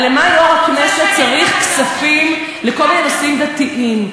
למה יושב-ראש הכנסת צריך כספים לכל מיני נושאים דתיים?